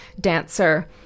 dancer